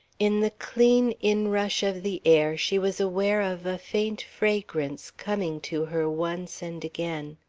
in the clean inrush of the air she was aware of a faint fragrance, coming to her once and again.